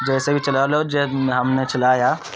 جیسے بھی چلا لو جب ہم نے چلایا